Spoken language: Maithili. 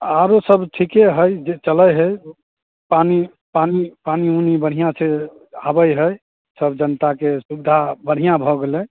आरो सब ठीके हए चलैत हए पानि पानि पानि ओनी बढ़िआँ से आबैत हइ सब जनताके सुविधा बढ़िआँ भऽ गेलै